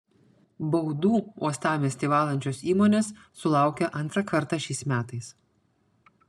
baudų uostamiestį valančios įmonės sulaukia antrą kartą šiais metais